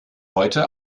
heute